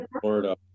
Florida